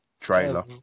Trailer